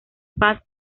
paz